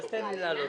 הכול מוסכם,